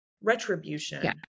retribution